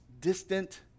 distant